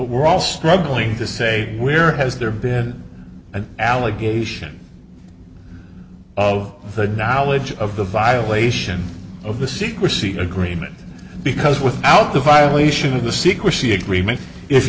we're all struggling to say where has there been an allegation of the knowledge of the violation of the secrecy agreement because without the violation of the secrecy agreement if